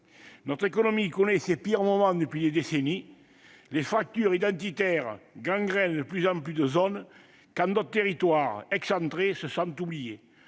Notre économie connaît ses pires moments depuis des décennies. Les fractures identitaires gangrènent de plus en plus de zones, quand d'autres territoires excentrés se sentent oubliés.